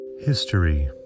History